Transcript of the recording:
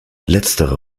letztere